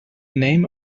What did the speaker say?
name